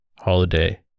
holiday